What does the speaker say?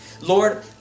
Lord